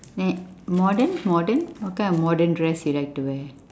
then modern modern what kind of modern dress you like to wear